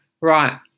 Right